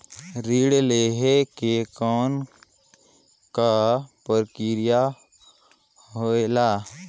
ऋण लहे के कौन का प्रक्रिया होयल?